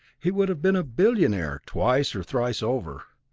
he would have been a billionaire twice or thrice over.